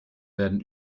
werden